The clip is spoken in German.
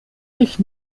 sich